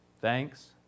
Thanks